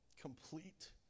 Complete